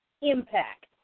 impact